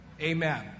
Amen